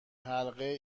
حلقه